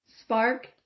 Spark